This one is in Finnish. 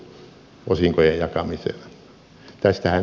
tästähän tässä on kysymys